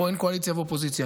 פה אין קואליציה ואופוזיציה,